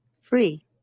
free